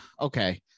okay